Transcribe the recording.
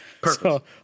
Perfect